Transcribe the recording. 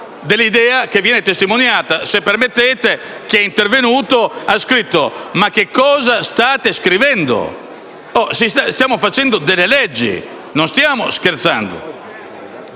dell'idea che viene testimoniata. Se permettete, chi è intervenuto ha scritto: «Ma che cosa state scrivendo?». Stiamo facendo delle leggi, non stiamo scherzando.